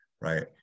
right